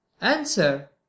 answer